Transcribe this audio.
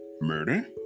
murder